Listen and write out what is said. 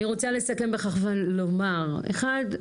אני רוצה לסכם בכך ולומר, אחד,